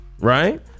right